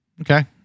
Okay